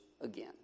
again